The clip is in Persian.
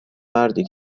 مردی